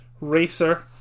racer